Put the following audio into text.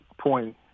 point